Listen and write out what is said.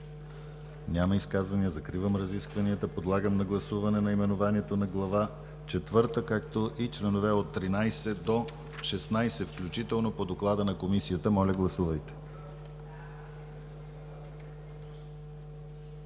Няма изказвания. Закривам разискванията. Подлагам на гласуване наименованието на Глава четвърта и членове от 13 до 16 включително по доклада на Комисията. Гласували